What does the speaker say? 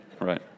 Right